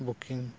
booking